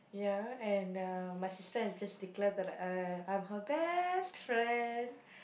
ya and uh my sister has just declared that uh I'm her best friend